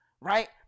Right